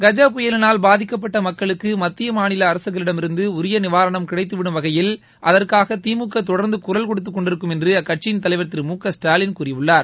கஜ புயலினால் பாதிக்கப்பட்ட மக்களுக்கு மத்திய மாநில அரசுகளிடமிருந்து உரிய நிவாரணம் கிடைத்திடும் வகையில் அகற்காக திமுக தொடர்ந்து குரல் கொடுத்துக் கொண்டிருக்கும் என்று அக்கட்சியின் தலைவர் திரு மு க ஸ்டாலின் கூறியுள்ளார்